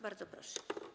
Bardzo proszę.